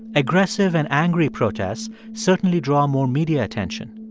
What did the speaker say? aggressive and angry protests certainly draw more media attention,